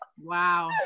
wow